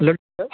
hello sir